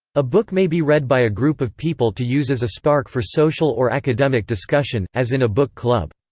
a book may be read by a group of people to use as a spark for social or academic discussion, as in a book club.